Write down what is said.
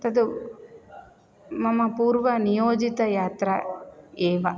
तत् मम पूर्वनियोजितयात्रा एव